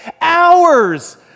hours